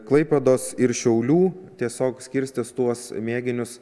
klaipėdos ir šiaulių tiesiog skirstys tuos mėginius